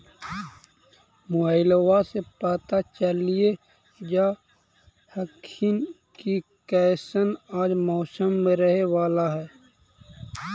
मोबाईलबा से पता चलिये जा हखिन की कैसन आज मौसम रहे बाला है?